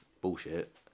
bullshit